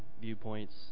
viewpoints